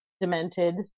demented